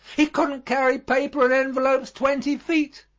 he couldn't carry paper and envelopes twenty feet.